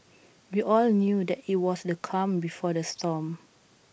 we all knew that IT was the calm before the storm